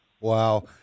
Wow